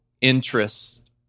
interest